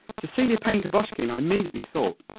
cecilia payne-gaposchkin i immediately thought.